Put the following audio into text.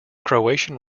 croatian